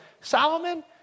Solomon